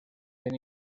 bien